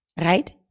Right